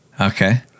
Okay